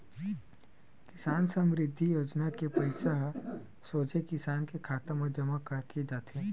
किसान समरिद्धि योजना के पइसा ह सोझे किसान के खाता म जमा करे जाथे